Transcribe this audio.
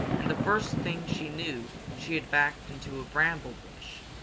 and the first thing she knew she had backed into a bramble bush.